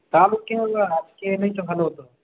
কালকে আবার আজকে এলেই তো ভালো হত